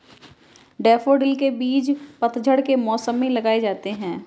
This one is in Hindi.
डैफ़ोडिल के बीज पतझड़ के मौसम में लगाए जाते हैं